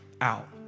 out